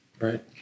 right